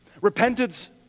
Repentance